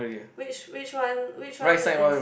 which which one which one is